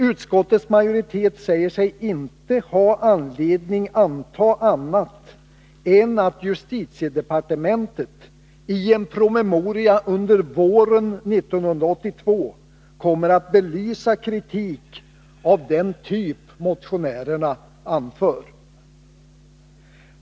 Utskottets majoritet säger sig inte ha anledning att anta annat än att justitiedepartementet i en promemoria under våren 1982 kommer att belysa kritik av den typ motionärerna anför.